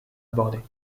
abordés